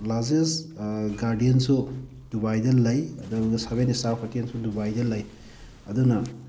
largest ꯒꯥꯔꯗꯦꯟꯁꯨ ꯗꯨꯕꯥꯏꯗ ꯂꯩ ꯑꯗꯨꯒ ꯁꯚꯦꯟ ꯁ꯭ꯇꯥꯔ ꯍꯣꯇꯦꯜꯁꯨ ꯗꯨꯕꯥꯏꯗ ꯂꯩ ꯑꯗꯨꯅ